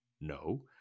No